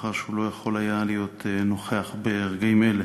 מאחר שהוא לא יכול להיות נוכח ברגעים אלה.